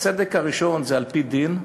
הצדק הראשון זה על-פי דין,